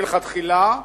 מלכתחילה.